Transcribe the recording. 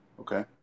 Okay